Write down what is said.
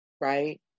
right